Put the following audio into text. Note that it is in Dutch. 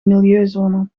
milieuzone